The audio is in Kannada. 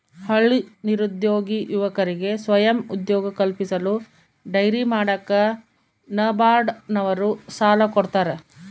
ಹಳ್ಳಿ ನಿರುದ್ಯೋಗಿ ಯುವಕರಿಗೆ ಸ್ವಯಂ ಉದ್ಯೋಗ ಕಲ್ಪಿಸಲು ಡೈರಿ ಮಾಡಾಕ ನಬಾರ್ಡ ನವರು ಸಾಲ ಕೊಡ್ತಾರ